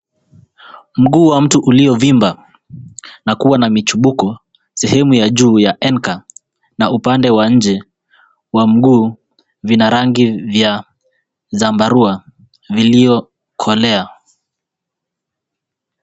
Mguu wa mtu uliovimba na kuwa na michibuko sehemu ya juu ya ankle na upande wa nje wa mguu vina rangi vya zambarau viliokolea.